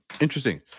Interesting